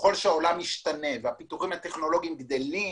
ככל שהעולם ישתנה והפיתוחים הטכנולוגים גדלים,